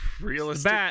realistic